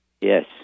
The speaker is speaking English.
yes